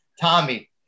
Tommy